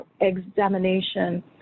examination